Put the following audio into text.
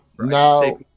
Now